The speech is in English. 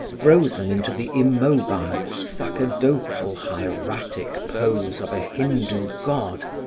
frozen into the immobile, sacerdotal, hieratic pose of a hindoo god,